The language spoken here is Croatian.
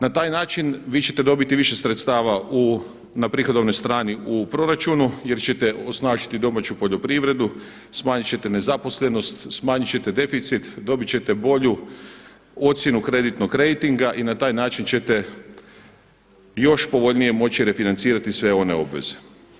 Na taj način vi ćete dobiti više sredstava na prihodovnoj strani u proračunu, jer ćete osnažiti domaću poljoprivredu, smanjit ćete nezaposlenost, smanjit ćete deficit, dobit ćete bolju ocjenu kreditnog rejtinga i na taj način ćete još povoljnije moći refinancirati sve one obveze.